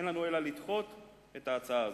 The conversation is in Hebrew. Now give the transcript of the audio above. אין לנו אלא לדחות את ההצעה הזאת.